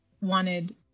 wanted